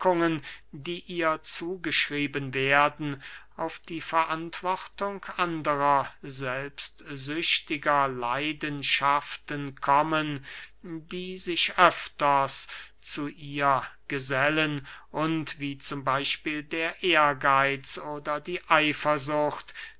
die ihr zugeschrieben werden auf die verantwortung andrer selbstsüchtiger leidenschaften kommen die sich öfters zu ihr gesellen und wie z b der ehrgeitz oder die eifersucht